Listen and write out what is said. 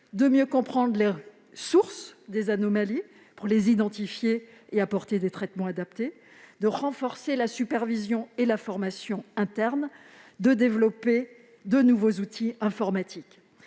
de mieux comprendre les sources des anomalies pour les identifier et y apporter des traitements adaptés, de renforcer la supervision et la formation internes, de développer de nouveaux outils informatiques.